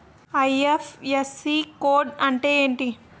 IFSC code అంటే ఏంటి?